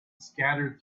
scattered